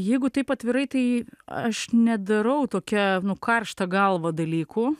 jeigu taip atvirai tai aš nedarau tokia karšta galva dalykų